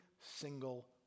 single